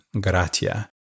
gratia